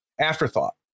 afterthought